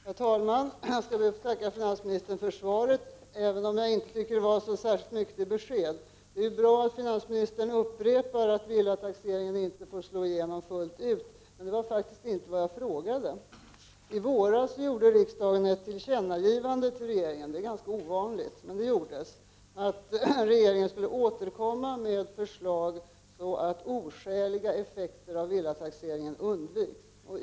Herr talman! Jag skall be att få tacka finansministern för svaret, även om jag inte tycker att det var särskilt mycket till besked. Det är bra att finansministern upprepar att villataxeringen inte får slå igenom fullt ut. Det var dock inte detta jag frågade om. I våras gjorde riksdagen ett tillkännagivande till regeringen. Det är ganska ovanligt. Tillkännagivandet innebar att regeringen skulle återkomma med förslag så att oskäliga effekter av villataxeringen undviks.